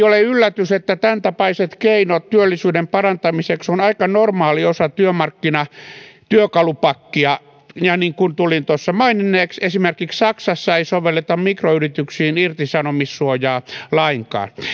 ole yllätys että tämäntapaiset keinot työllisyyden parantamiseksi ovat aika normaali osa työmarkkinatyökalupakkia ja niin kuin tulin tuossa maininneeksi esimerkiksi saksassa ei sovelleta mikroyrityksiin irtisanomissuojaa lainkaan